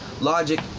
Logic